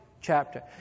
chapter